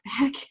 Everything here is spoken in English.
back